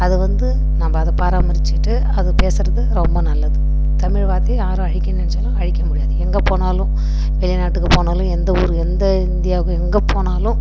அது வந்து நம்ப அதை பராமரிச்சிகிட்டு அது பேசறது ரொம்ப நல்லது தமிழ் வார்த்தையை யாரு அழிக்குன்னு நினச்சாலும் அழிக்க முடியாது எங்கே போனாலும் வெளிநாட்டுக்கு போனாலும் எந்த ஊர் எந்த இந்தியாவுக்கு எங்கே போனாலும்